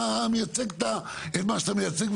אתה מייצג את מה שאתה מייצג,